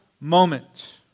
moment